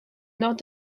nord